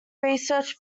research